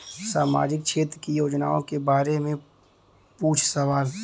सामाजिक क्षेत्र की योजनाए के बारे में पूछ सवाल?